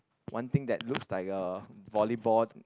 one thing that looks like a volleyball